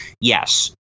Yes